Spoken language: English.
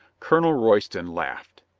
colonel royston laughed.